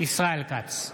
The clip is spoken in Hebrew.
ישראל כץ,